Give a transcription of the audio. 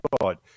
God